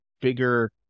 bigger